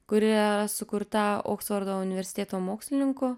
kuri sukurta oksfordo universiteto mokslininkų